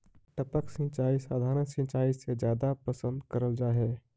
टपक सिंचाई सधारण सिंचाई से जादा पसंद करल जा हे